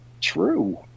true